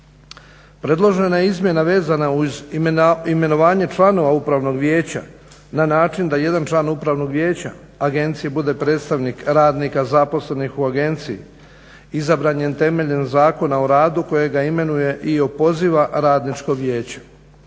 Predložena je izmjena vezana uz imenovanje članova Upravnog vijeća na način da jedan član Upravnog vijeća agencije bude predstavnik radnika zaposlenih u agenciji izabran je temeljem Zakona o radu kojega imenuje i opoziva radničko vijeće.